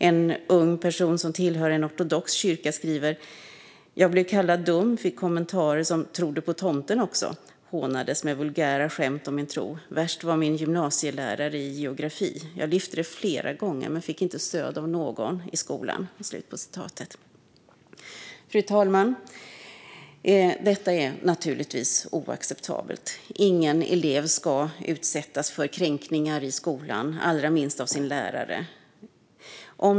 En ung person som tillhör en ortodox kyrka skriver: "Jag blev kallad dum, fick kommentarer som 'tror du på tomten också', hånades med vulgära skämt om min tro . Värst var min gymnasielärare i geografi. Jag lyfte det flera gånger men fick inget stöd av någon i skolan." Fru talman! Detta är naturligtvis oacceptabelt. Ingen elev ska utsättas för kränkningar i skolan, allra minst av sin lärare.